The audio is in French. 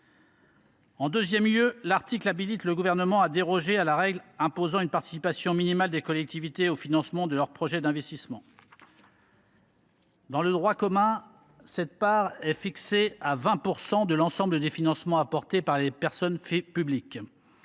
En deuxième lieu, l’article habilite le Gouvernement à déroger à la règle imposant une participation minimale des collectivités au financement de leurs projets d’investissement. Dans le droit commun, cette part est fixée à 20 % de l’ensemble des financements apportés par les personnes publiques.